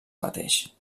mateix